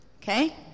okay